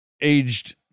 aged